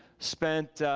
spent